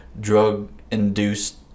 drug-induced